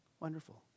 Wonderful